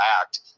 act